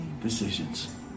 decisions